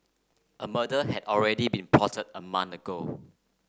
a murder had already been plotted a month ago